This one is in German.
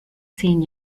zehn